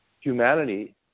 humanity